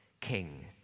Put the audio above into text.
king